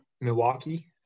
Milwaukee